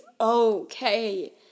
okay